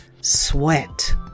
sweat